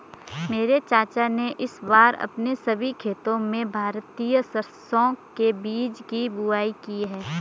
मेरे चाचा ने इस बार अपने सभी खेतों में भारतीय सरसों के बीज की बुवाई की है